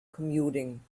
commuting